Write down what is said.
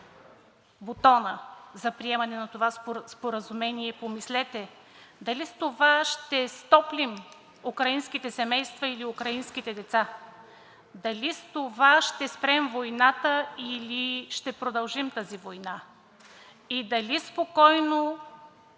бутона за приемане на това споразумение, помислете дали с това ще стоплим украинските семейства или украинските деца? Дали с това ще спрем войната, или ще продължим тази война? Дали спокойно